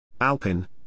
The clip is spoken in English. Alpin